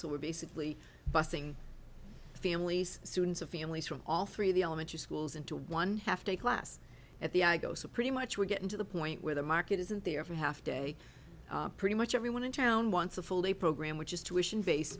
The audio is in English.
so we're basically bussing families students of families from all three of the elementary schools into one have to a class at the i go so pretty much we're getting to the point where the market isn't there for half day pretty much everyone in town wants a full day program which is tuitions base